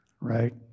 right